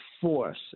force